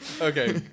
Okay